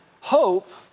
Hope